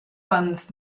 buns